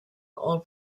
all